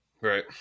Right